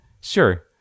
Sure